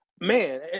Man